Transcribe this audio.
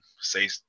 say